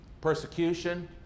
persecution